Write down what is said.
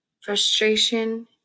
frustration